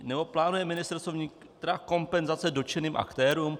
Nebo plánuje Ministerstvo vnitra kompenzace dotčeným aktérům?